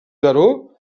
daró